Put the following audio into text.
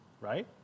right